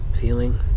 feeling